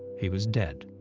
he was dead.